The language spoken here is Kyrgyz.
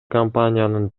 компаниянын